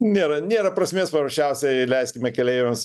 nėra nėra prasmės paprasčiausiai leiskime keleiviams